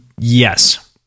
yes